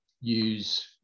use